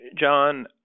John